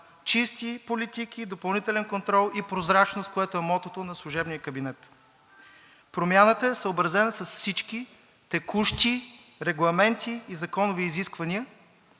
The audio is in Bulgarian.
чисти политики, допълнителен контрол и прозрачност, което е мотото на служебния кабинет. Промяната е съобразена с всички текущи регламенти и законови изисквания.